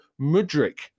Mudrik